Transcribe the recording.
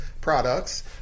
Products